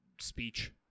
speech